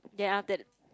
yea that